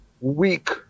weak